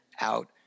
out